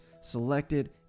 selected